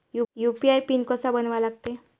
UPI PIN कसा बनवा लागते?